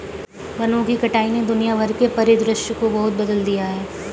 वनों की कटाई ने दुनिया भर के परिदृश्य को बहुत बदल दिया है